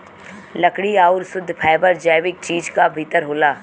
लकड़ी आउर शुद्ध फैबर जैविक चीज क भितर होला